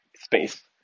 space